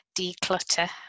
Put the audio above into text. declutter